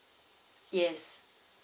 yes